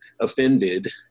offended